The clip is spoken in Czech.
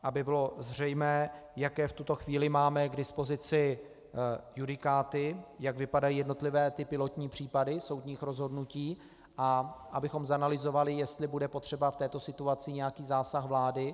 Aby bylo zřejmé, jaké v tuto chvíli máme k dispozici judikáty, jak vypadají jednotlivé pilotní případy soudních rozhodnutí, a abychom zanalyzovali, jestli bude potřeba v této situaci nějaký zásah vlády.